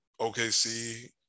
OKC